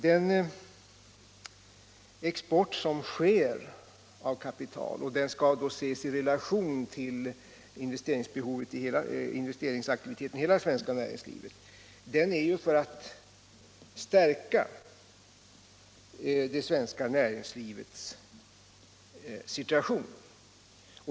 Den export som sker av kapital — den skall då ses i relation till investeringsaktiviteten i hela det svenska näringslivet — är avsedd att stärka det svenska näringslivets situation.